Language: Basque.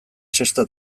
sexta